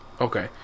Okay